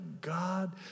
God